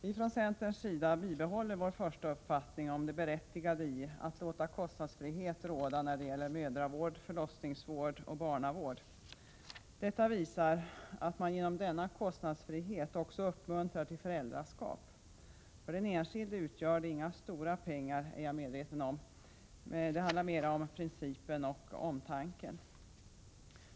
Vi från centern vidhåller vår första uppfattning om det berättigade i att låta kostnadsfrihet råda när det gäller mödravård, förlossningsvård och barnavård. Genom denna kostnadsfrihet uppmuntrar man också till föräldraskap. Jag är medveten om att detta inte utgör några stora kostnader för den enskilde. Det handlar mera om principen och omtanken.